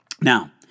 Now